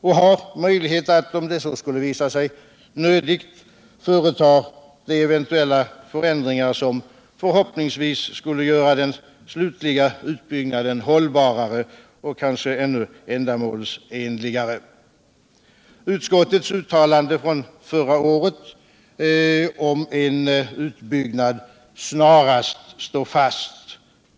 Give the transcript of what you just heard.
Man får då möjlighet att om så skulle visa sig nödigt företa de eventuella förändringar som förhoppningsvis skulle göra den slutliga utbyggnaden hållbarare och kanske ännu ändamålsenligare. Utskottets uttalande från förra året om en utbyggnad snarast möjligt står fast.